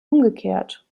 umgekehrt